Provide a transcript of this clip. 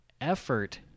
effort